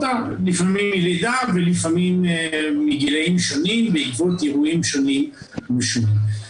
לפעמים מלידה ולפעמים מגילאים שונים בעקבות אירועים שונים ומשונים.